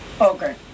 Okay